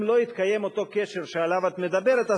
אם לא יתקיים אותו קשר שעליו את מדברת,